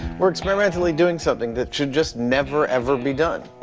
we're experimentally doing something that should just never, ever be done.